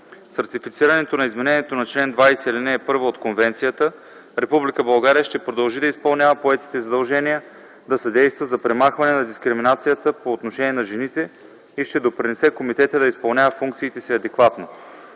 С ратифицирането на изменението на чл. 20, ал. 1 от Конвенцията, Република България ще продължи да изпълнява поетите задължения да съдейства за премахване на дискриминацията по отношение на жените и ще допринесе Комитетът да изпълнява функциите си адекватно.